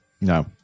No